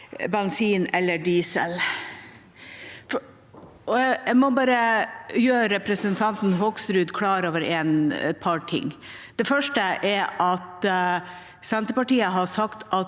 bensin eller diesel. Jeg må bare gjøre representanten Hoksrud klar over et par ting: Det første er at Senterpartiet skal ha sagt at